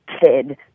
kid